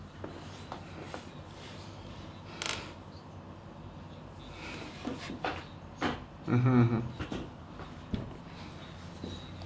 mmhmm mmhmm